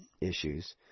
issues